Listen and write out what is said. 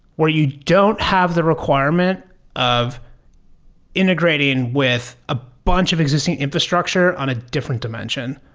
where you don't have the requirement of integrating with a bunch of existing infrastructure on a different dimension.